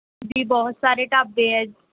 ਵੀ ਬਹੁਤ ਸਾਰੇ ਢਾਬੇ ਹੈ